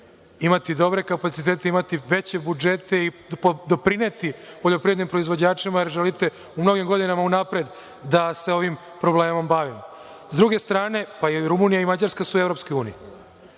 imati dobre kapacitete, imati veće budžete i doprineti poljoprivrednim proizvođačima, jer želite u mnogim godinama unapred da se ovim problemom bavim.S druge strane i Rumunija i Mađarska su EU, pa nisu